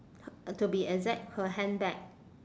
to be exact her handbag